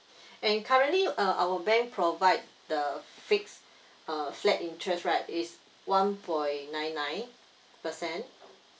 and currently uh our bank provide the fixed uh flat interest right is one point nine nine per cent